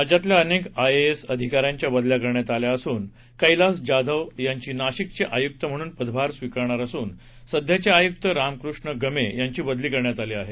राज्यातल्या अनेक सनदी अधिकाऱ्यांच्या बदल्या करण्यात आल्या असून कैलास जाधव यांची नाशिकये आयुक्त म्हणून पदभार स्विकारणार असून सध्याचे आयुक्त राधाकृष्म गमे यांची बदली करण्यात आली आहे